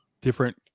different